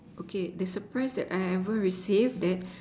okay the surprise that I ever receive that